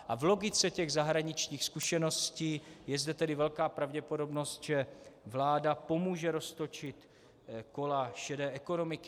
V logice těch zahraničních zkušeností je zde tedy velká pravděpodobnost, že vláda pomůže roztočit kola šedé ekonomiky.